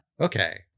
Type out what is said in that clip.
Okay